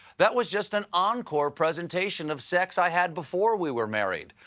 that was just an encore presentation of sex i had before we were married.